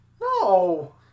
No